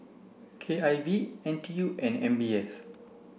K I V N T U and M B S